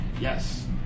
yes